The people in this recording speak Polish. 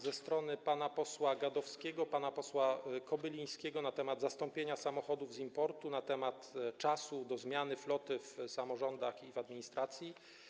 ze strony pana posła Gadowskiego, pana posła Kobylińskiego na temat zastąpienia samochodów z importu, na temat czasu na zmianę floty w samorządach i w administracji.